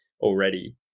already